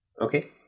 Okay